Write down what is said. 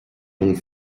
donc